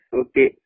okay